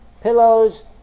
pillows